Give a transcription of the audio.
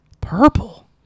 Purple